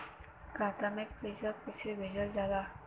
खाता में पैसा कैसे भेजल जाला?